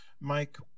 Mike